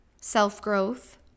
self-growth